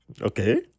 Okay